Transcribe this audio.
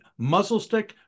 muzzlestick